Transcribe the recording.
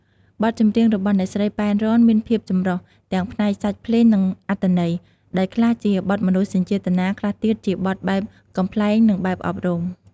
បទចម្រៀងរបស់អ្នកស្រី ប៉ែន រ៉ន មានភាពចម្រុះទាំងផ្នែកសាច់ភ្លេងនិងអត្ថន័យ ដោយខ្លះជាបទមនោសញ្ចេតនា ខ្លះទៀតជាបទបែបកំប្លែងនិងបែបអប់រំ។